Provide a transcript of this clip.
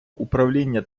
управління